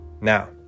Now